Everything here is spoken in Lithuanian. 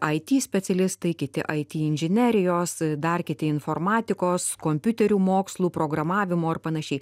ai ty specialistai kiti ai ty inžinerijos dar kiti informatikos kompiuterių mokslų programavimo ar panašiai